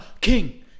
King